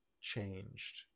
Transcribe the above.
changed